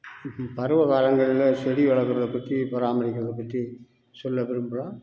பருவகாலங்கள்ல செடி வளக்கிறத பற்றி பராமரிக்கிறத பற்றி சொல்ல விரும்புகிறோம்